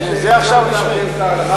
כשאין שר זה בסדר.